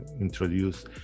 introduce